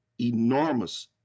enormous